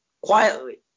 quietly